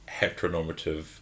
heteronormative